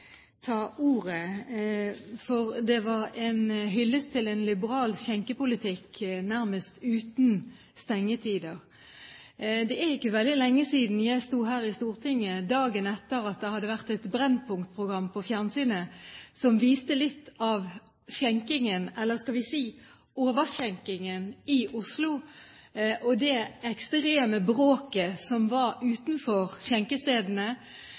ta ordet, for det var en hyllest til en liberal skjenkepolitikk nærmest uten stengetider. Jeg sto her i Stortinget – det er ikke veldig lenge siden – dagen etter at det hadde vært et Brennpunkt-program på fjernsynet som viste litt av skjenkingen, eller skal vi si overskjenkingen, i Oslo, og det ekstreme bråket som var utenfor skjenkestedene.